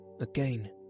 Again